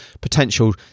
potential